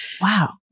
Wow